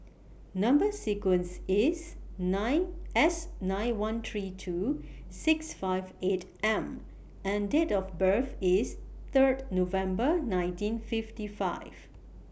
Number sequence IS nine S nine one three two six five eight M and Date of birth IS Third November nineteen fifty five